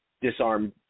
disarmed